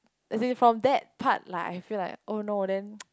is it from that part lah I feel like oh no then